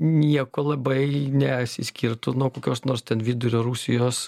nieko labai nesiskirtų nuo kokios nors ten vidurio rusijos